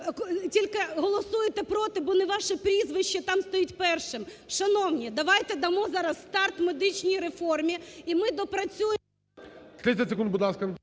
тільки голосуєте проти, бо не ваше прізвище там стоїть першим. Шановні, давайте дамо зараз старт медичній реформі, і ми допрацюємо…